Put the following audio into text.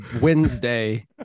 wednesday